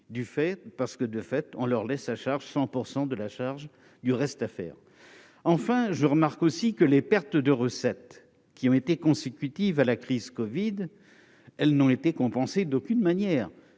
parce que de fait on leur laisse sa charge 100 % de la charge du reste à faire, enfin, je remarque aussi que les pertes de recettes qui ont été consécutive à la crise Covid elles n'ont été compensés d'aucune manière,